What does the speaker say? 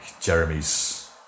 Jeremy's